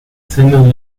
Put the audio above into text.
seno